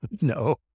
no